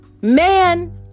Man